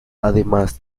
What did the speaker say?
además